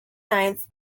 ninth